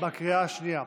בקריאה השנייה.